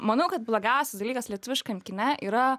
manau kad blogiausias dalykas lietuviškam kine yra